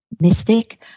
mystic